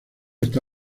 está